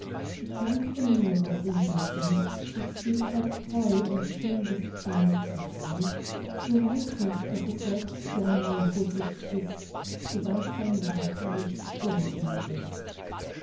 die kleinste miene muß ihm glücken das bild war treu und schön bis zum entzücken so reizend daß es selbst der maler hurtig küßt sobald sein weib nicht um ihn ist